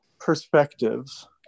perspectives